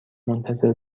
منتظر